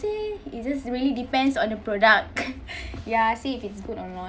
it just really depends on the product ya see if it's good or not